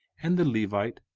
and the levite,